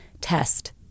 test